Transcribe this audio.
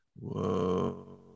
Whoa